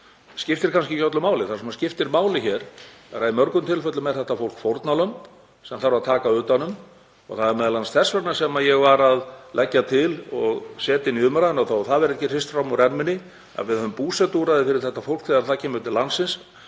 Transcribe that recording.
skiptir kannski ekki öllu máli. Það sem skiptir máli hér er að í mörgum tilfellum er þetta fólk fórnarlömb sem þarf að taka utan um. Það er m.a. þess vegna sem ég var að leggja til og setja inn í umræðuna, þó að það verði ekki hrist fram úr erminni, að við hefðum búsetuúrræði fyrir þetta fólk þegar það kemur til landsins